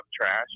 trash